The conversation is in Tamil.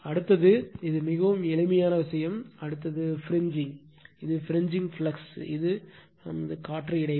அடுத்தது இது மிகவும் எளிமையான விஷயம் அடுத்தது பிரிஞ்சிங் அது பிரிஞ்சிங் ஃப்ளக்ஸ் இது காற்று இடைவெளி